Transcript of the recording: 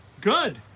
Good